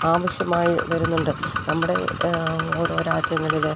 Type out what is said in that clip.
ആവശ്യമായി വരുന്നുണ്ട് നമ്മുടെ ഓരോ രാജ്യങ്ങളിലെ